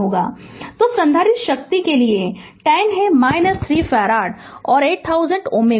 Refer Slide Time 2205 तो संधारित्र शक्ति के लिए 10 है 3 फैराड और 8000 Ω